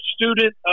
student